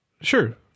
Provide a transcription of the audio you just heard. sure